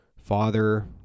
father